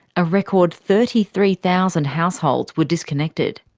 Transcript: a record thirty three thousand households were disconnected.